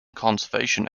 conservation